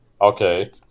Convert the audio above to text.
Okay